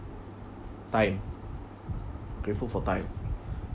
time grateful for time